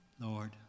Lord